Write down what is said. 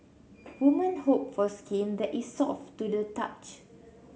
women hope for skin that is soft to the touch